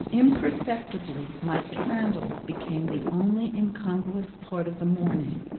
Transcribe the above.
imperceptibly my candles became the only incongruous part of the morning,